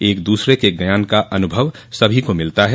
एक दूसरे के ज्ञान का अनुभव सभी को मिलता है